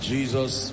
Jesus